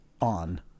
on